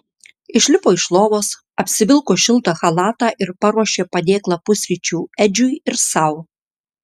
išlipo iš lovos apsivilko šiltą chalatą ir paruošė padėklą pusryčių edžiui ir sau